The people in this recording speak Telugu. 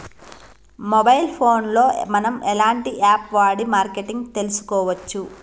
మొబైల్ ఫోన్ లో మనం ఎలాంటి యాప్ వాడి మార్కెటింగ్ తెలుసుకోవచ్చు?